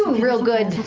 real good.